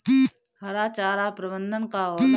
हरा चारा प्रबंधन का होला?